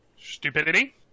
Stupidity